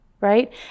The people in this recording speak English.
right